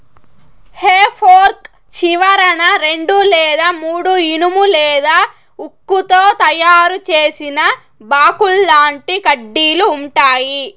హె fork చివరన రెండు లేదా మూడు ఇనుము లేదా ఉక్కుతో తయారు చేసిన బాకుల్లాంటి కడ్డీలు ఉంటాయి